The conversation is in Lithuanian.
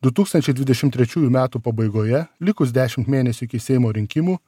du tūkstančiai dvidešim trečiųjų metų pabaigoje likus dešimt mėnesių iki seimo rinkimų